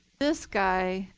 this guy.